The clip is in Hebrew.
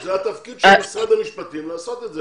זה התפקיד של משרד המשפטים לעשות את זה.